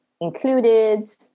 included